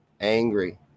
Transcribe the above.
angry